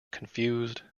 confused